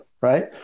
right